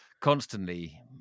constantly